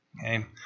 Okay